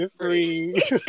free